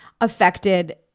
affected